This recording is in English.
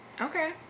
Okay